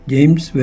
James